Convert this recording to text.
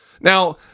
now